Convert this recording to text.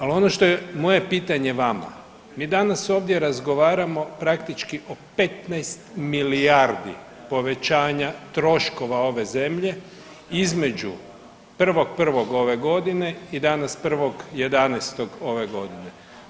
Ali ono što je moje pitanje vama, mi danas ovdje razgovaramo praktički o 15 milijardi povećanja troškova ove zemlje između 1.1. ove godine i danas 1.11. ove godine.